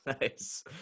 nice